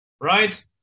right